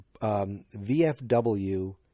VFW